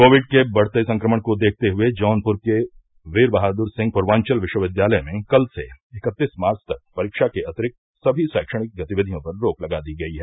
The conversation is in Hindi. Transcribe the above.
कोविड के बढ़ते संक्रमण को देखते हुए जौनपुर के वीर बहादुर सिंह पूर्वांचल विश्वविद्यालय में कल से इकतीस मार्च तक परीक्षा के अतिरिक्त सभी शैक्षणिक गतिविधियों पर रोक लगा दी गयी है